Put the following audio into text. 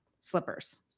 slippers